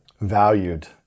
valued